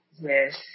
Yes